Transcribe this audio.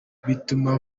bituma